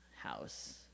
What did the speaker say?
house